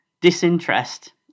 disinterest